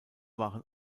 waren